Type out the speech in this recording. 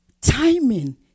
Timing